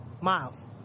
Miles